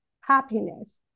happiness